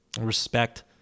respect